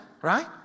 right